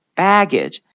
baggage